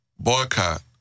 boycott